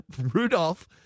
Rudolph